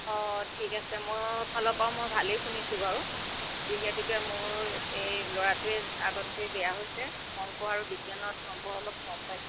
অঁ ঠিক আছে মোৰ ফালৰ পৰা মই ভালেই শুনিছোঁ বাৰু যিহেতুকে মোৰ এই ল'ৰাটোৱে আগতকৈ বেয়া হৈছে অংক আৰু বিজ্ঞানত নম্বৰ অলপ কম পাইছে